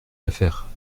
affaire